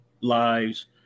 lives